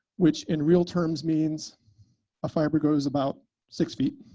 which in real terms means a fiber goes about six feet.